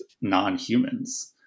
non-humans